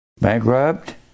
bankrupt